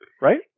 Right